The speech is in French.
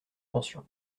pension